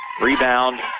Rebound